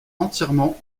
entièrement